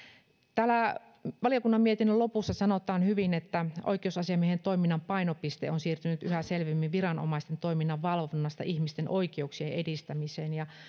täällä valiokunnan mietinnön lopussa sanotaan hyvin että oikeusasiamiehen toiminnan painopiste on siirtynyt yhä selvemmin viranomaisten toiminnan valvonnasta ihmisten oikeuksien edistämiseen